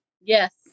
Yes